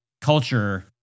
culture